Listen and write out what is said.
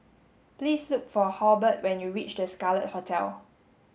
please look for Halbert when you reach The Scarlet Hotel